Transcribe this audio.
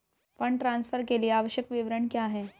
Fund transfer के लिए आवश्यक विवरण क्या हैं?